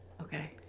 Okay